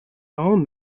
old